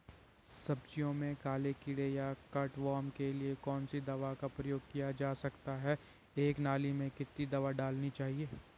सब्जियों में काले कीड़े या कट वार्म के लिए कौन सी दवा का प्रयोग किया जा सकता है एक नाली में कितनी दवा डालनी है?